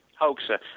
hoaxer